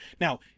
Now